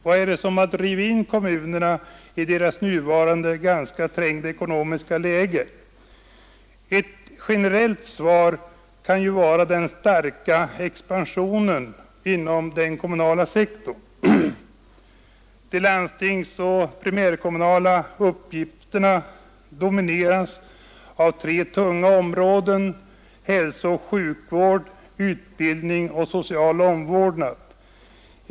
Vad är det som har drivit in kommunerna i deras nuvarande ganska trängda ekonomiska läge? Ett generellt svar kan vara den starka expansionen inom den kommunala sektorn. tunga områden: hälsooch sjukvård, utbildning och social omvårdnad.